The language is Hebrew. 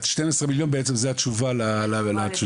12 מיליון זה בעצם התשובה למתמחים.